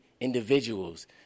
individuals